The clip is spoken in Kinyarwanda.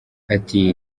ati